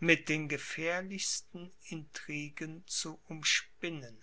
mit den gefährlichsten intriguen zu umspinnen